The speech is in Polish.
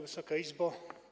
Wysoka Izbo!